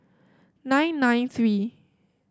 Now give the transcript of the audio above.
nine nine three